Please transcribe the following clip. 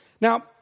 Now